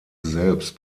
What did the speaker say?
selbst